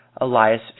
elias